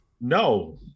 No